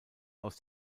aus